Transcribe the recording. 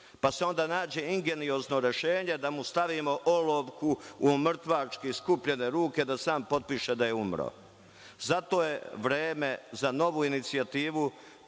pa se onda nađe ingeniozno rešenje da mu stavimo olovku u mrtvački skupljene ruke da sam potpiše da je umro. Zato je vreme za novu inicijativu,